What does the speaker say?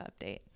update